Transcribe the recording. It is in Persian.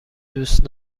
دوست